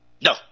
No